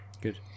Good